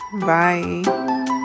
bye